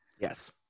Yes